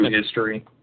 history